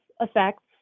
effects